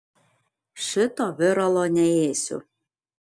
šito viralo neėsiu